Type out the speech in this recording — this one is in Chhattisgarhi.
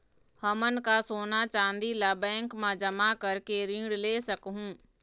हमन का सोना चांदी ला बैंक मा जमा करके ऋण ले सकहूं?